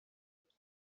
بود